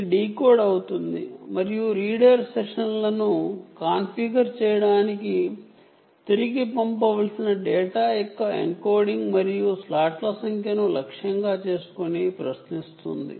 ఇది decode అవుతుంది మరియు రీడర్ సెషన్లను టార్గెట్ లను తిరిగి పంపవలసిన డేటా యొక్క ఎన్కోడింగ్ మరియు స్లాట్ల సంఖ్యను కాన్ఫిగర్ చేస్తుంది